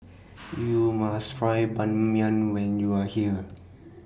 YOU must Try Ban Mian when YOU Are here